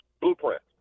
blueprint